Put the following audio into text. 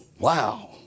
wow